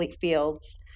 fields